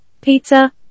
pizza